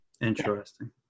interesting